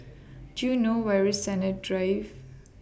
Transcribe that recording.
Do YOU know Where IS Sennett Drive